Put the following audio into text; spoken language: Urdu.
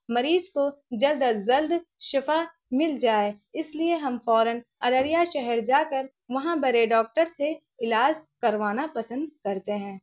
مریض کو جلد از جلد شفا مل جائے اس لیے ہم فوراً ارریا شہر جا کر وہاں بڑے ڈاکٹر سے علاج کروانا پسند کرتے ہیں